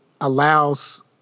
allows